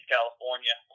California